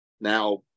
Now